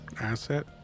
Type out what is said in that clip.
asset